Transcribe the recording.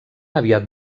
aviat